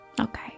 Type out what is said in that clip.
Okay